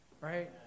right